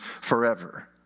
forever